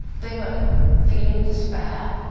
they were feeling despair,